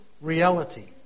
reality